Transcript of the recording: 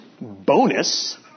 bonus